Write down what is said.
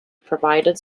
provided